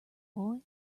boy